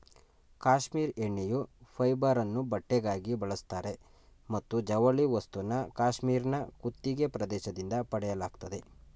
cashmere ಉಣ್ಣೆಯ ಫೈಬರನ್ನು ಬಟ್ಟೆಗಾಗಿ ಬಳಸ್ತಾರೆ ಮತ್ತು ಜವಳಿ ವಸ್ತುನ ಕ್ಯಾಶ್ಮೀರ್ನ ಕುತ್ತಿಗೆ ಪ್ರದೇಶದಿಂದ ಪಡೆಯಲಾಗ್ತದೆ